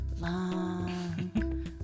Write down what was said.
long